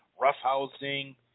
rough-housing